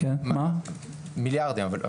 מיליארדים.